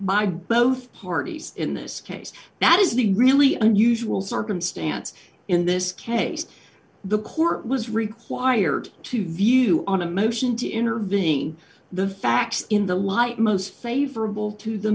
by both parties in this case that is the really unusual circumstance in this case the court was required to view on a motion to intervene the facts in the light most favorable to the